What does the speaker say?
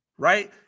Right